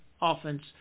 offense